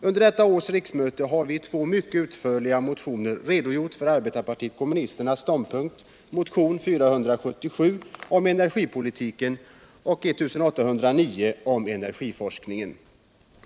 Under innevarande riksmöte har vi i två mycket utförliga motioner redogjort för arbetarpartiet kommunisternas ståndpunkt - motionerna 477 om energipolitiken och 1809 om energiforskningen.